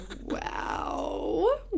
wow